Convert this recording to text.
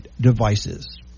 devices